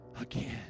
again